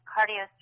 Cardio